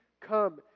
come